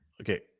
Okay